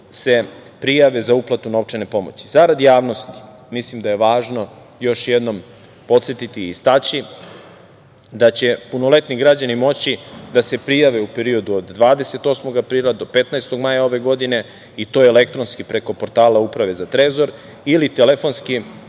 se prijave za uplatu novčane pomoći. Zarad javnosti mislim da je važno još jednom podsetiti i istaći da će punoletni građani moći da se prijave u periodu od 28. aprila do 15. maja ove godine, i to elektronski preko portala Uprave za trezor ili telefonski